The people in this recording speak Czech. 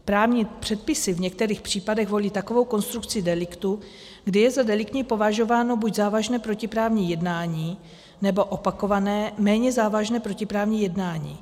Právní předpisy v některých případech volí takovou konstrukci deliktu, kdy za deliktní považováno buď závažné protiprávní jednání, nebo opakované méně závažné protiprávní jednání.